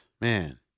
man